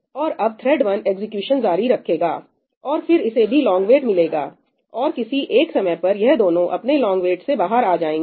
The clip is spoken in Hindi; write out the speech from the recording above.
और अब थ्रेड 1 एग्जीक्यूशन जारी रखेगा और फिर इसे भी लोंग वेट मिलेगा और किसी एक समय पर यह दोनों अपने लोंग वेटस से बाहर आ जाएंगे